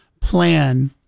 plan